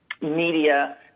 media